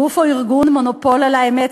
גוף או ארגון מונופול על האמת,